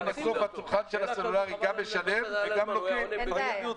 הצרכן של הסלולרי גם משלם וגם לא נותנים לו שירות.